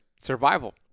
survival